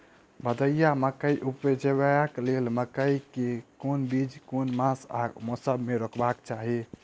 भदैया मकई उपजेबाक लेल मकई केँ बीज केँ मास आ मौसम मे रोपबाक चाहि?